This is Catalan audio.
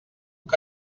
que